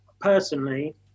personally